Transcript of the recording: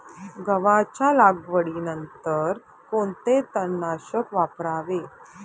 गव्हाच्या लागवडीनंतर कोणते तणनाशक वापरावे?